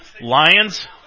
Lions